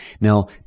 Now